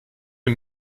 est